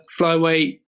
flyweight